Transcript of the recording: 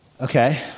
Okay